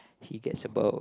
he gets about